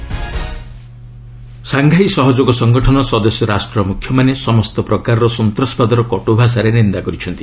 SCO summit Shanghai ସହଯୋଗ ସଂଗଠନ ସଦସ୍ୟ ରାଷ୍ଟ୍ର ମୁଖ୍ୟମାନେ ସମସ୍ତ ପ୍ରକାର ସନ୍ତାସବାଦର କଟୁଭାଷାରେ ନିନ୍ଦା କରିଛନ୍ତି